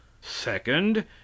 Second